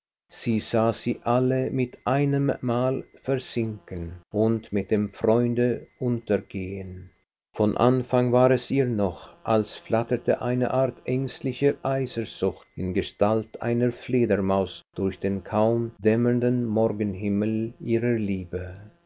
sie sah sie alle mit einemmal versinken und mit dem freunde untergehen von anfang war es ihr noch als flattere eine art ängstlicher eisersucht in gestalt einer fledermaus durch den kaum dämmernden morgenhimmel ihrer liebe